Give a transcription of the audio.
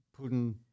Putin